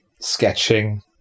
sketching